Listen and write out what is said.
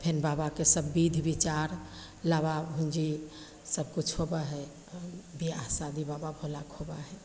फेर बाबाके सब विध विचार लाबा भुजि सबकिछु होबै हइ बिआह शादी बाबा भोलाके होबै हइ